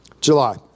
July